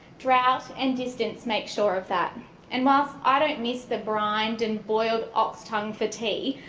drought and distance makes sure of that and whilst i don't miss the brined and boiled ox tongue for tea,